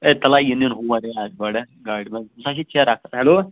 یا تَلَہ یہِ نِنۍ ہور یار گۄڈٕ گاڑِ منٛز أمِس ہَہ چھِ چِرکھ ہٮ۪لو